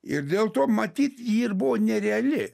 ir dėl to matyt ji ir buvo nereali